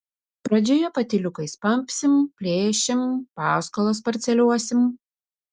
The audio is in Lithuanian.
pradžioje patyliukais pampsim plėšim paskolas parceliuosim